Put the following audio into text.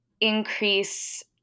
increase